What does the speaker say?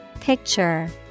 Picture